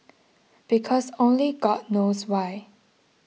because only god knows why